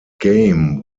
game